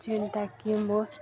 ଚିନ୍ତା